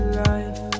life